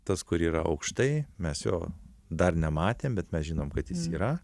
tas kur yra aukštai mes jo dar nematėm bet mes žinom kad jis yra